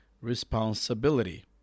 responsibility